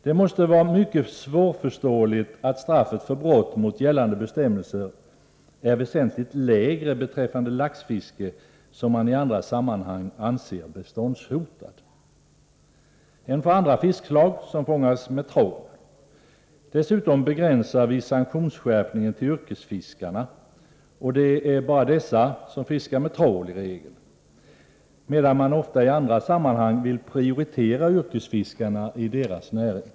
Det måste vara mycket svårförståeligt att straffet för brott mot gällande bestämmelser är väsentligt lägre beträffande laxfiske, som man i andra sammanhang anser beståndshotat, än för andra fiskslag som fångas med trål. Dessutom begränsar vi sanktionsskärpningen till yrkesfiskarna — det är i regel bara dessa som fiskar med trål — medan man ofta i andra sammanhang vill prioritera yrkesfiskarna i deras näring.